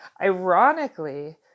ironically